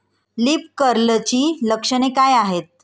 Leaf कर्लची लक्षणे काय आहेत?